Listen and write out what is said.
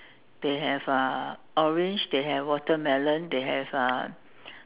they have uh orange they have watermelon they have uh